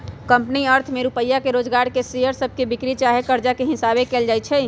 company अर्थ में रुपइया के जोगार शेयर सभके बिक्री चाहे कर्जा हिशाबे कएल जाइ छइ